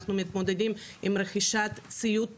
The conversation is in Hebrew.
אנחנו מתמודדים עם רכישת ציוד בסיסי,